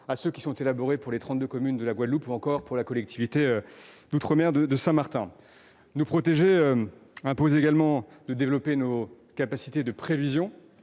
à ceux qui sont composés pour les 32 communes de la Guadeloupe, ou encore pour la collectivité d'outre-mer de Saint-Martin. Nous protéger impose également de développer nos capacités de prévision.